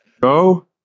Go